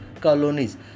colonies